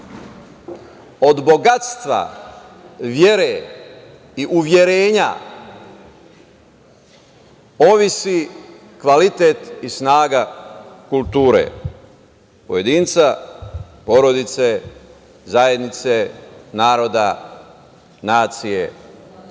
Od bogatstva vere i uverenja ovisi kvalitet i snaga kulture pojedinca, porodice, zajednice, naroda, nacije i